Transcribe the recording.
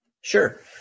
Sure